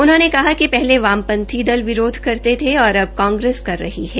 उन्होंने कहा कि पहले वामपंथी दल विरोध करते थे और अब कांग्रेस कर रही है